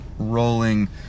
rolling